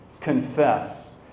Confess